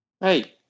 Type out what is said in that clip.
Hey